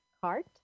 CART